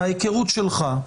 מההיכרות שלך,